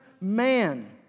man